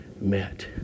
met